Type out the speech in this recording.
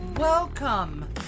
Welcome